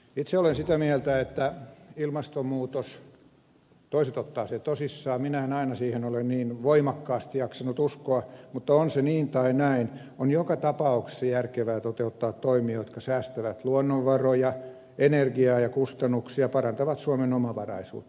itse olen sitä mieltä että toiset ottavat ilmastonmuutoksen tosissaan minä en aina siihen ole niin voimakkaasti jaksanut uskoa mutta on se niin tai näin on joka tapauksessa järkevää toteuttaa toimia jotka säästävät luonnonvaroja energiaa ja kustannuksia parantavat suomen omavaraisuutta